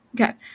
Okay